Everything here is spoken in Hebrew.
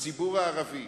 בציבור הערבי